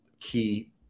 key